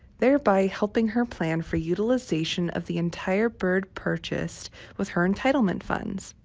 thereby helping her plan for utilization of the entire bird purchased with her entitlement funds.